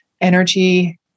energy